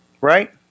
right